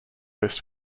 list